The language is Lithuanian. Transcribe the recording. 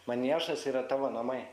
maniežas yra tavo namai